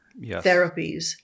therapies